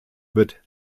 wird